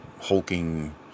hulking